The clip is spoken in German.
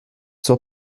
zur